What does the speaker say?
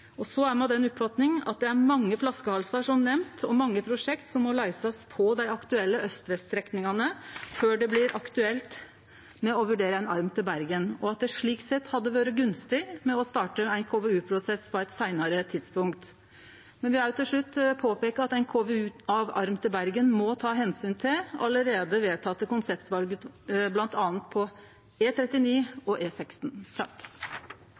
er av den oppfatninga at det er mange flaskehalsar, som nemnt, og mange prosjekt som må løysast på dei aktuelle aust–vest-strekningane før det blir aktuelt å vurdere ein arm til Bergen, og at det slik sett hadde vore gunstig å starte ein KVU-prosess på eit seinare tidspunkt. Me vil òg til slutt påpeike at ein KVU av arm til Bergen må ta omsyn til allereie vedtekne konseptval, bl.a. på E39 og E16. Dette er